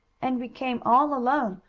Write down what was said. and we came all alone.